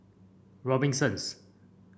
Robinsons